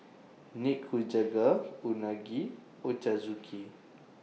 Nikujaga Unagi Ochazuke